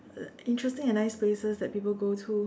interesting and nice places that people go to